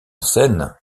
scène